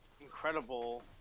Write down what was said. incredible